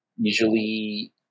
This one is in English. usually